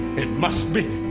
it must be!